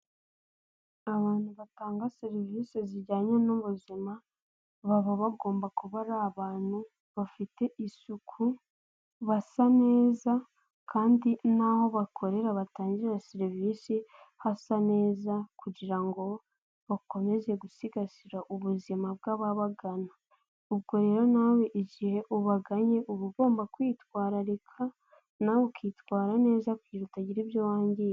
Abantu batanga serivisi zijyanye n'ubuzima baba bagomba kuba ari abantu bafite isuku, basa neza kandi n'aho bakorera batangira serivisi hasa neza kugira ngo bakomeze gusigasira ubuzima bw'ababagana, ubwo rero nawe igihe ubagannye uba ugomba kwitwararika nawe ukitwara neza kugira utagira ibyo wangiza.